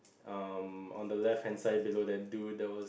um on the left hand side below that dude there was